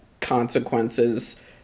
consequences